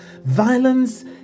Violence